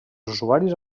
usuaris